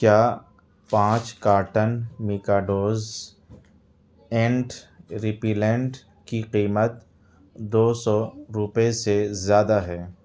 کیا پانچ carton Macados ant repellent کی قیمت دو سو روپئے سے زیادہ ہے